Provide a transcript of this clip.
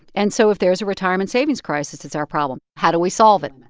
and so if there's a retirement savings crisis, it's our problem. how do we solve it?